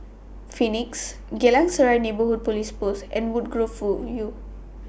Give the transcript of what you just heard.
Phoenix Geylang Serai Neighbourhood Police Post and Woodgrove View